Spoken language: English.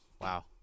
Wow